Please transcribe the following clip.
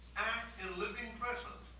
act in the living present.